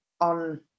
on